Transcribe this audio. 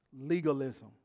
Legalism